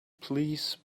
please